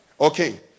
Okay